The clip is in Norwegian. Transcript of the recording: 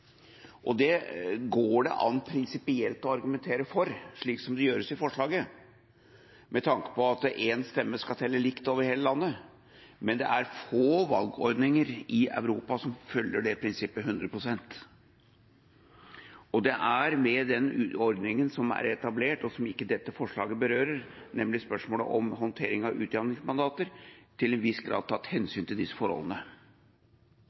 Det går det an å argumentere prinsipielt for – som det gjøres i forslaget – med tanke på at en stemme skal telle likt over hele landet, men det er få valgordninger i Europa som følger dette prinsippet 100 pst. Det er med den ordninga som er etablert, og som dette forslaget ikke berører, nemlig spørsmålet om håndtering av utjamningsmandater, til en viss grad tatt